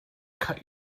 cut